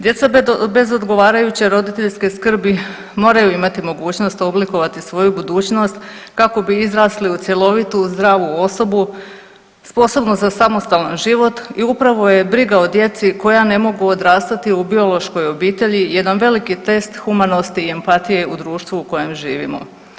Djeca bez odgovarajuće roditeljske skrbi moraju imati mogućnost oblikovati svoju budućnost kako bi izrasli u cjelovitu zdravu osobu sposobnu za samostalan život i upravo je briga o djeci koja ne mogu odrastati u biološkoj obitelji jedan veliki test humanosti i empatije u društvu u kojem živimo.